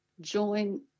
join